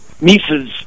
Mises